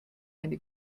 eine